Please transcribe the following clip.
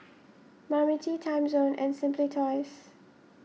Marmite Timezone and Simply Toys